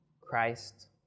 Christ